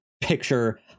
picture